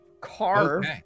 Carve